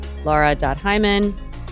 laura.hyman